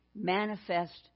manifest